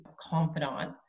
confidant